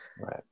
Right